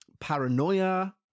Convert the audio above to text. paranoia